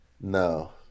No